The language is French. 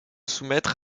soumettre